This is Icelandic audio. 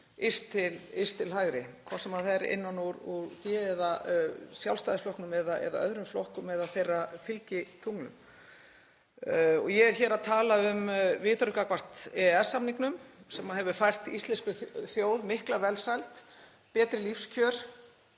yst til hægri, hvort sem það er innan úr Sjálfstæðisflokknum eða öðrum flokkum eða þeirra fylgitunglum. Ég er hér að tala um viðhorfið gagnvart EES-samningnum sem hefur fært íslenskri þjóð mikla velsæld, betri lífskjör,